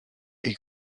est